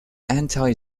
anti